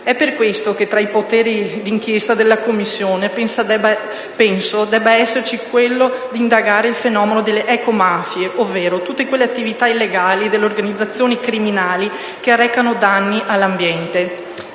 È per questo che tra i poteri d'inchiesta della Commissione penso debba esserci quello di indagare il fenomeno delle ecomafie, ovvero tutte quelle attività illegali delle organizzazioni criminali che arrecano danni all'ambiente.